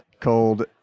called